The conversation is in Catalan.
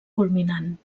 culminant